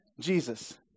Jesus